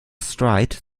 streit